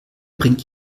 bringt